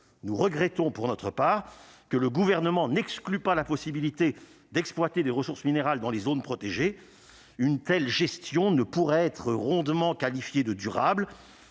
nous regrettons pour notre part que le gouvernement n'exclut pas la possibilité d'exploiter des ressources minérales dans les zones protégées une telle gestion ne pourrait être rondement qualifiée de durable,